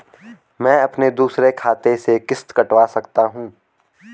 मैं अपने दूसरे खाते से किश्त कटवा सकता हूँ?